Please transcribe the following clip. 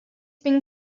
been